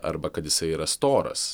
arba kad jisai yra storas